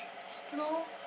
straw